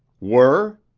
were?